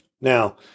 Now